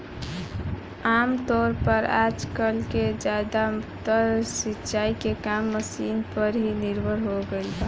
आमतौर पर आजकल के ज्यादातर सिंचाई के काम मशीन पर ही निर्भर हो गईल बा